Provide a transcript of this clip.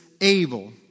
able